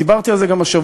דיברתי על זה גם השבוע,